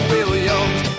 Williams